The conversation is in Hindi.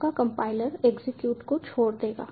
आपका कंपाइलर एग्जीक्यूशन को छोड़ देगा